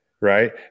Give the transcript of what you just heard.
Right